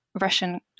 Russian